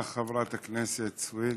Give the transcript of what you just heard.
בבקשה, חברת הכנסת סוִיד.